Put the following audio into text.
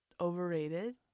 overrated